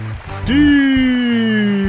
Steve